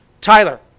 Tyler